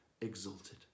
exalted